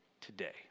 today